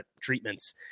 treatments